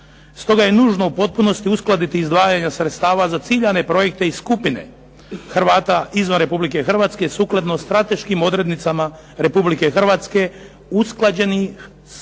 Stoga je nužno u potpunosti uskladiti izdvajanja sredstava za ciljane projekte i skupine Hrvata izvan Republike Hrvatske sukladno strateškim odrednicama Republike Hrvatske, usklađenih s